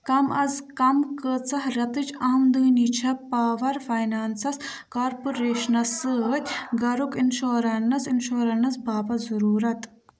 کم از کم کۭژاہ رٮ۪تٕچ آمدٕنی چھِ پاوَر فاینانٛسس کارپوریشن سۭتۍ گَرُک اِنشورَنٛس انشورنس باپتھ ضروٗرت